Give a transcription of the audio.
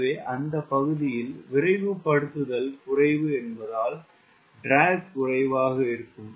எனவே அந்த பகுதியில் விரைவுபடுத்துதல் குறைவு என்பதால் ட்ராக் குறைவாக இருக்கும்